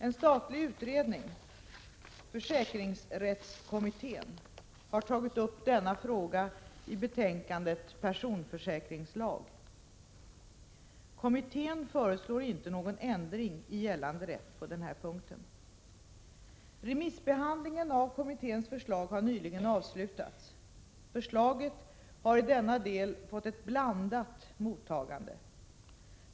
En statlig utredning — försäkringsrättskommittén — har tagit upp denna fråga i betänkandet Personförsäkringslag. Kommittén föreslår inte någon ändring i gällande rätt på denna punkt. Remissbehandlingen av kommitténs förslag har nyligen avslutats. Förslaget har i denna del fått ett blandat mottagande.